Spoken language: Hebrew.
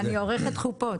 אני עורכת חופות.